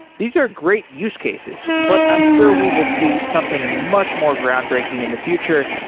these are great use cases, but i'm sure we will see something much more groundbreaking in the future.